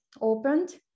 opened